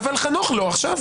אבל חנוך לא עכשיו,